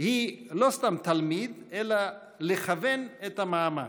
היא לא סתם "תלמיד", אלא "לכוון את המאמץ".